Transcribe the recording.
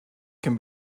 can